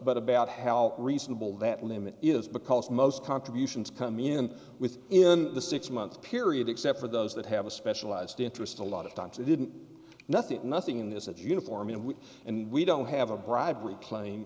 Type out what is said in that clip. but about how reasonable that limit is because most contributions come in with in the six month period except for those that have a specialized interest a lot of times they didn't nothing nothing in this is uniform and we and we don't have a bribery claim